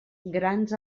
grans